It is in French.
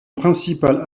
principal